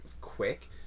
quick